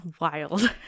Wild